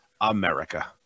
America